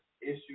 issue